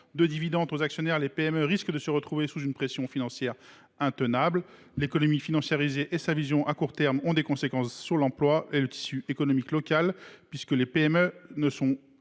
de dividendes aux actionnaires, les PME risquent de se retrouver sous une pression financière intenable. L’économie financiarisée et sa vision à court terme ont des conséquences sur l’emploi et le tissu économique local, puisque les PME ne sont